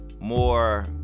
more